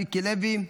מיקי לוי,